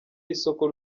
y’isoko